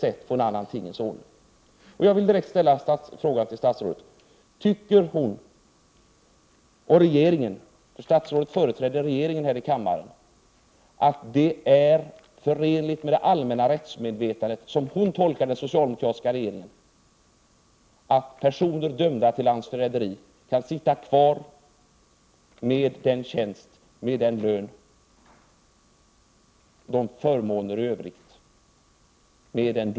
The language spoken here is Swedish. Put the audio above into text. Även om tiden i kammaren kan vara pressad vill jag ställa en direkt fråga till statsrådet: Tycker statsrådet och regeringen, som statsrådet tolkar den socialdemokratiska regeringen — statsrådet företräder ju regeringen här i kammaren — att det är förenligt med det allmänna rättsmedvetandet, att en person dömd för landsförräderi kan sitta kvar på sin tjänst med lön och förmåner i övrigt?